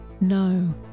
No